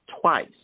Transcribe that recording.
twice